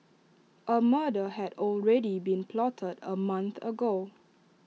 A murder had already been plotted A month ago